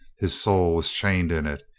his soul was chained in it.